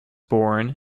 born